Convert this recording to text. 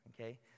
okay